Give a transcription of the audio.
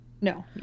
no